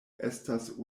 estas